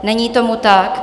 Není tomu tak.